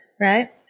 right